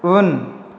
उन